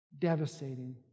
devastating